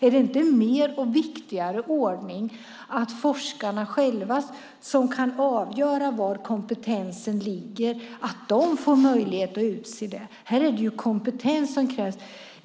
Är det inte en viktigare ordning att forskarna själva, som ju kan avgöra var kompetensen ligger, får möjlighet att utse personerna? Här är det kompetens som krävs.